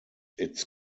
its